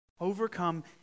overcome